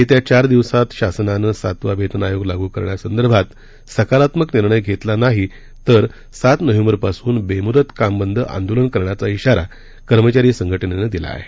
येत्या चार दिवसांत शासनानं सातवा वेतन आयोग लागू करण्यासंदर्भात सकारात्मक निर्णय घेतला नाही तर सात नोव्हेंबरपासून बेमुदत काम बंद आंदोलन करण्याचा श्राारा कर्मचारी संघटनेनं दिला आहे